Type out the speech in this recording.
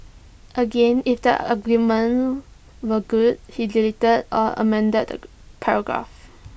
again if the arguments were good he deleted or amended the paragraphs